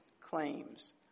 claims